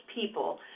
people